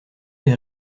les